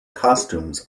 costumes